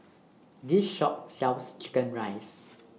This Shop sells Chicken Rice